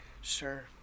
Sure